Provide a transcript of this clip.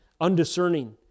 undiscerning